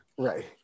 Right